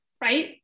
right